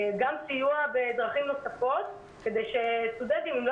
גם סיוע בדרכים נוספות כדי שאם הסטודנטים לא